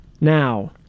Now